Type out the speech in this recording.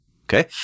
Okay